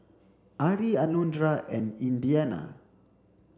Ari Alondra and Indiana